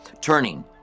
Turning